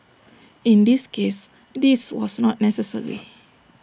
in this case this was not necessary